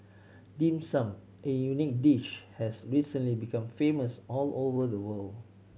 Dim Sum a unique dish has recently become famous all over the world